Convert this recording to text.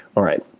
alright.